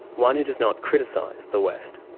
one who does not criticise the west.